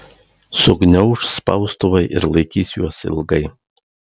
sugniauš spaustuvai ir laikys juos ilgai